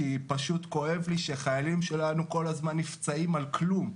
כי פשוט כואב לי שהחיילים שלנו כל הזמן נפצעים על כלום.